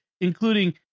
including